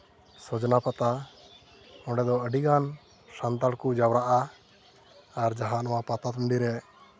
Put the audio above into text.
ᱥᱚᱡᱱᱟ ᱯᱟᱛᱟ ᱚᱸᱰᱮ ᱫᱚ ᱟᱹᱰᱤᱜᱟᱱ ᱥᱟᱱᱛᱟᱲ ᱠᱚ ᱡᱟᱣᱨᱟᱜᱼᱟ ᱟᱨ ᱡᱟᱦᱟᱸ ᱱᱚᱣᱟ ᱯᱟᱛᱟ ᱴᱟᱺᱰᱤ ᱨᱮ